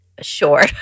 Sure